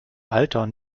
alter